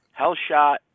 Hellshot